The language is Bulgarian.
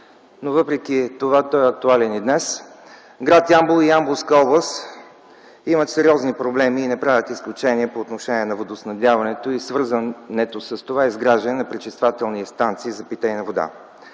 но въпреки това той е актуален и днес. Град Ямбол и Ямболска област имат сериозни проблеми и не правят изключение по отношение на водоснабдяването и свързаното с това изграждане на пречиствателни станции за питейна вода.